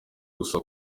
gusa